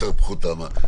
פחותה בהרבה.